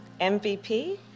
MVP